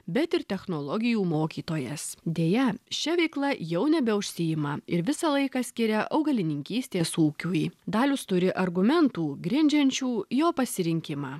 bet ir technologijų mokytojas deja šia veikla jau nebeužsiima ir visą laiką skiria augalininkystės ūkiui dalius turi argumentų grindžiančių jo pasirinkimą